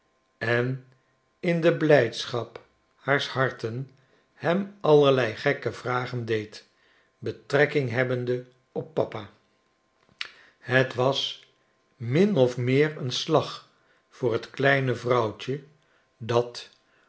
en in de blijdschap haars harten hem allerlei gekke vragen deed betrekking hebbende op papa het was min of meer een slag voor het kleintje vrouwtje dat